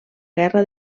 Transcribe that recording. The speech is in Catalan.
guerra